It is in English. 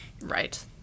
Right